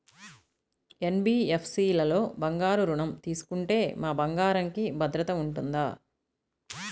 NBFC లలో బంగారు ఋణం తీసుకుంటే మా బంగారంకి భద్రత ఉంటుందా?